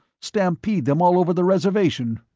stampede them all over the reservation.